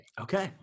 Okay